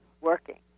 working